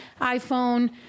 iPhone